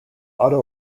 auto